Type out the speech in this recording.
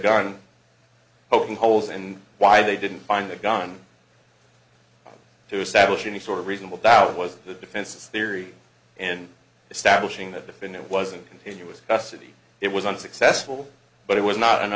gun open holes and why they didn't find the gun to establish any sort of reasonable doubt was the defense's theory and establishing that definitive wasn't continuous city it was unsuccessful but it was not an